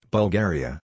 Bulgaria